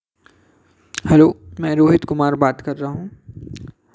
hello मैं रोहित कुमार बात कर रहा हूँ